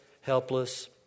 helpless